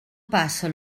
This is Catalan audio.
passa